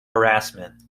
harassment